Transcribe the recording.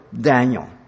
Daniel